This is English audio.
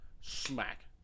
smack